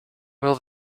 will